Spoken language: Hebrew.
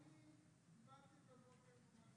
דיברנו על זה קודם.